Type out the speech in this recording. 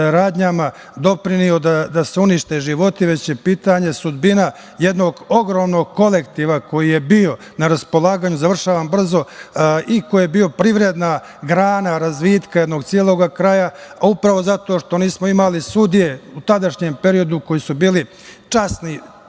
radnjama doprineo da se unište životi, već je pitanje sudbina jednog ogromnog kolektiva koji je bio na raspolaganju i koji je bio privredna grana razvitka jednog celog kraja. Upravo zato što nismo imali sudije u tadašnjem periodu koji su bili časni,